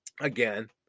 again